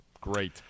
Great